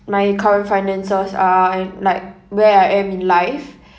my current finances are and like where I am in life